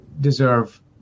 deserve